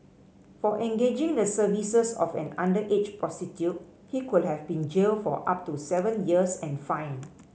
for engaging the services of an underage prostitute he could have been jailed for up to seven years and fined